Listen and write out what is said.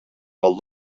while